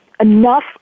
enough